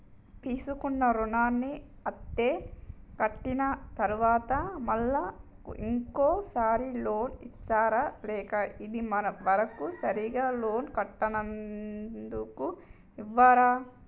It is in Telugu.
తీసుకున్న రుణాన్ని అత్తే కట్టిన తరువాత మళ్ళా ఇంకో సారి లోన్ ఇస్తారా లేక ఇది వరకు సరిగ్గా లోన్ కట్టనందుకు ఇవ్వరా?